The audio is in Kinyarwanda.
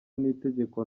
n’itegeko